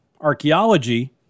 archaeology